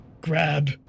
Grab